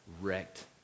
wrecked